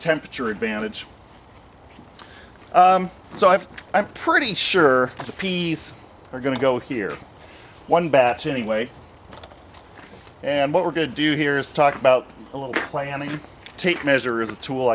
temperature advantage so i've i'm pretty sure the peas are going to go here one batch anyway and what we're going to do here is talk about a little play on the tape measure is a tool